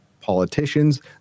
politicians